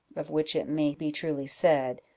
of which it may be truly said,